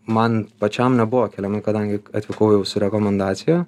man pačiam nebuvo keliami kadangi atvykau jau su rekomendacija